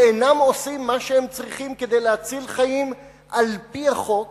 שאינם עושים מה שהם צריכים כדי להציל חיים על-פי החוק,